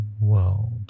world